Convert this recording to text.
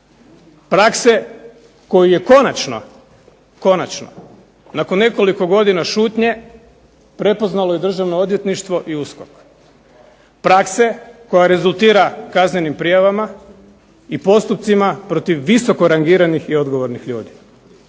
prakse koju je konačno, konačno nakon nekoliko godina šutnje prepoznalo i Državno odvjetništvo i USKOK, prakse koja rezultira kaznenim prijavama i postupcima protiv visoko rangiranih i odgovornih ljudi.